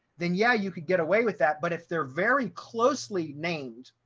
then yeah, you could get away with that. but if they're very closely named,